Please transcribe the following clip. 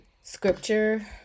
scripture